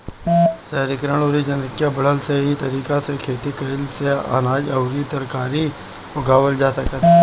शहरीकरण अउरी जनसंख्या बढ़ला से इ तरीका से खेती कईला से अनाज अउरी तरकारी उगावल जा सकत ह